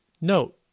Note